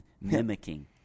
mimicking